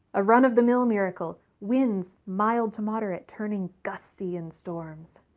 a run-of-the-mill miracle winds mild to moderate turning gusty in storms